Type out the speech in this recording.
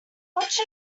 watch